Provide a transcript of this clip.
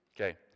Okay